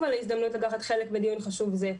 על ההזדמנות לקחת חלק בדיון חשוב זה.